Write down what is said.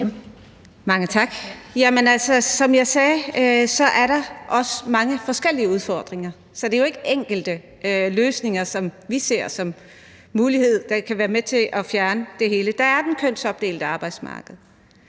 altså, som jeg sagde, er der også mange forskellige udfordringer, for det er jo ikke enkelte løsninger, som vi ser som en mulighed, der kan være med til at fjerne problemerne. Der er det kønsopdelte arbejdsmarked.